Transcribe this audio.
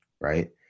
right